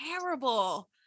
terrible